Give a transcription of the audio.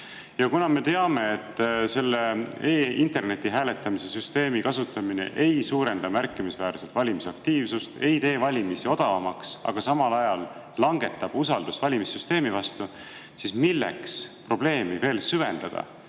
Kuna me teame, et internetihääletuse süsteemi kasutamine ei suurenda märkimisväärselt valimisaktiivsust, ei tee valimisi odavamaks, aga samal ajal langetab usaldust valimissüsteemi vastu, siis milleks probleemi veel süvendada,